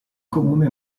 comune